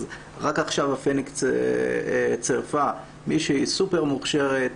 אז רק עכשיו הפניקס צירפה מישהי סופר מוכשרת,